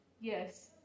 Yes